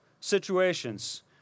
situations